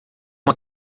uma